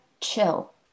chill